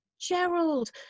Gerald